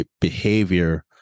behavior